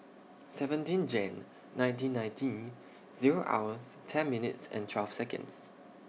seventeen Jane nineteen ninety Zero hours ten minutes and twelve Seconds